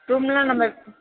ரூம்லாம் நம்ம